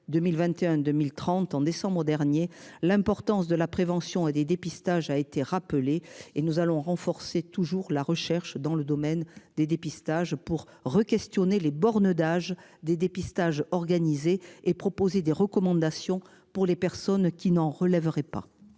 2021 2030. En décembre dernier, l'importance de la prévention des dépistages a été rappelé, et nous allons renforcer toujours la recherche dans le domaine des dépistages pour requestionner les bornes d'âge des dépistages organisés et proposer des recommandations pour les personnes qui n'en relèverait pas.